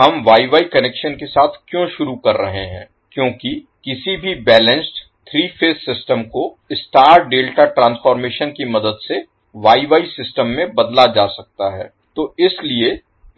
हम Y Y connection के साथ क्यों शुरू कर रहे हैं क्योंकि किसी भी बैलेंस्ड 3 फेज सिस्टम को स्टार डेल्टा ट्रांसफॉर्मेशन की मदद से वाईवाई सिस्टम में बदला जा सकता है तो इसलिए